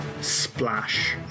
splash